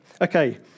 Okay